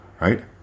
Right